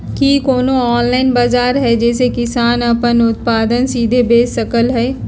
कि कोनो ऑनलाइन बाजार हइ जे में किसान अपन उत्पादन सीधे बेच सकलई ह?